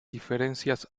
diferencias